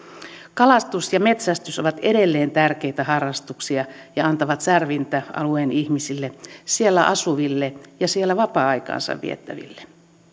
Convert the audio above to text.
kalastus ja metsästys ovat edelleen tärkeitä harrastuksia ja antavat särvintä alueen ihmisille siellä asuville ja siellä vapaa aikaansa viettäville